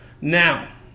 Now